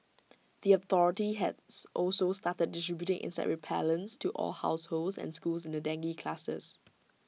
the authority has also started distributing insect repellents to all households and schools in the dengue clusters